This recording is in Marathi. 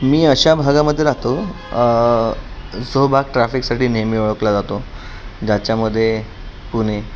मी अशा भागामध्ये राहतो जो भाग ट्राफिकसाठी नेहमी ओळखला जातो ज्याच्यामध्ये पुणे